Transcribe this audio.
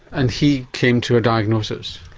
and he came to a diagnosis?